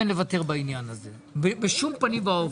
בעניין הזה בשום פנים ואופן.